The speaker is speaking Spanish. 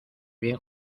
bien